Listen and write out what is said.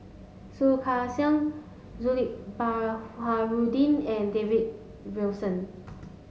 Soh Kay Siang Baharudin and David Wilson